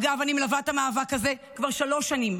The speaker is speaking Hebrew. אגב, אני מלווה את המאבק הזה כבר שלוש שנים,